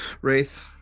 Wraith